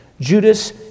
Judas